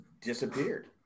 disappeared